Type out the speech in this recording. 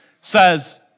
says